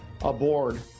aboard